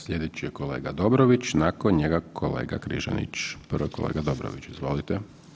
Slijedeći je kolega Dobrović, nakon njega kolega Križanić, prvo je kolega Dobrović, izvolite.